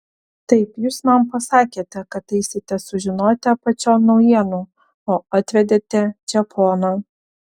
taip jūs man pasakėte kad eisite sužinoti apačion naujienų o atvedėte čia poną